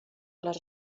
les